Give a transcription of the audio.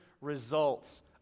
results